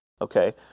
okay